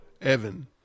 Evan